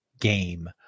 game